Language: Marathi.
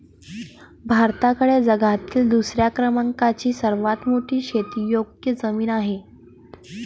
भारताकडे जगातील दुसऱ्या क्रमांकाची सर्वात मोठी शेतीयोग्य जमीन आहे